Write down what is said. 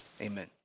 amen